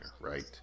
right